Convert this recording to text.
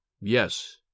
Yes